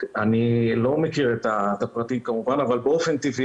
אני לא מכיר את הפרטים כמובן אבל באופן טבעי